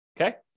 okay